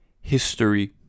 history